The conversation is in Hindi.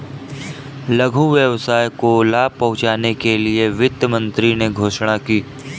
लघु व्यवसाय को लाभ पहुँचने के लिए वित्त मंत्री ने घोषणा की